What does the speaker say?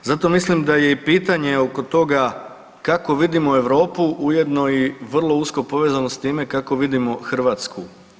Zato mislim da je i pitanje oko toga kako vidimo Europu ujedno i vrlo usko povezano s time kako vidimo Hrvatsku.